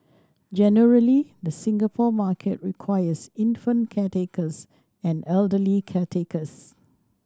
generally the Singapore market requires infant caretakers and elderly caretakers